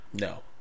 No